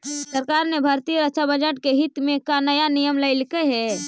सरकार ने भारतीय रक्षा बजट के हित में का नया नियम लइलकइ हे